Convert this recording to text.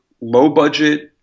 low-budget